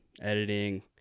editing